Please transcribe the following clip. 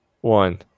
one